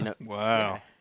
Wow